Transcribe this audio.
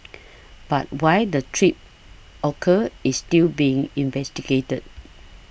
but why the trip occurred is still being investigated